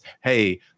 hey